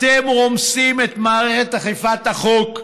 אתם רומסים את מערכת אכיפת החוק,